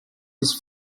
his